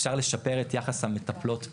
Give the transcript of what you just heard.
אפשר לשפר את יחס המטפלות-פעוטות